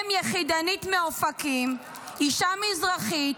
אם יחידנית מאופקים, אישה מזרחית,